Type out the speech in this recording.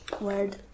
Word